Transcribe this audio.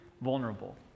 vulnerable